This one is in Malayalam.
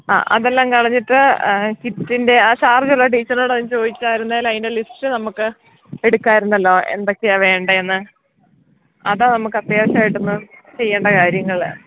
ആ അതെല്ലാം കളഞ്ഞിട്ട് കിറ്റിൻ്റെ ആ ഇൻചാർജുള്ള ടീച്ചറിനോടോ ഒന്ന് ചോദിച്ചായിരുന്നെങ്കിൽ അതിൻ്റെ ലിസ്റ്റ് നമുക്ക് എടുക്കാമായിരുന്നല്ലോ എന്തൊക്കെയാണ് വേണ്ടത് എന്ന് അതാ നമുക്ക് അത്യാവശ്യായിട്ടൊന്ന് ചെയ്യേണ്ട കാര്യങ്ങൾ